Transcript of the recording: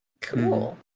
Cool